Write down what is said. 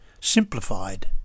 simplified